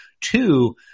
two